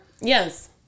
Yes